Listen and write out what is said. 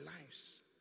lives